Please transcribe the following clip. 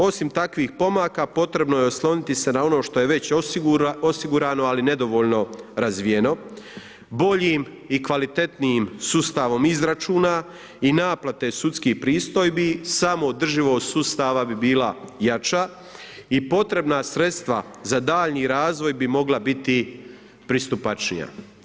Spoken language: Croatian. Osim takvih pomaka, potrebno je osloniti se na ono što je već osigurano ali nedovoljno razvijeno boljim i kvalitetnijim sustavom izračuna i naplate sudskih pristojbi, samoodrživost sustava bi bila jača i potreba sredstva za daljnji razvoj bi mogla biti pristupačnija.